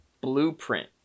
blueprint